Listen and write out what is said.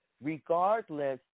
regardless